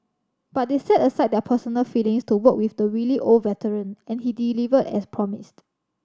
but they set aside their personal feelings to work with the wily old veteran and he delivered as promised